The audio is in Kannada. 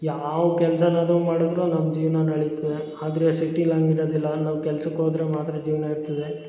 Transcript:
ಯಾವ ಕೆಲ್ಸನಾದ್ರು ಮಾಡಿದರೂ ನಮ್ಮ ಜೀವನ ನಡೀತದೆ ಆದರೆ ಸಿಟಿಲಿ ಹಾಗಿರದಿಲ್ಲ ನಾವು ಕೆಲ್ಸಕ್ಕೆ ಹೋದರೆ ಮಾತ್ರ ಜೀವನ ಇರ್ತದೆ